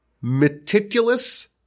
meticulous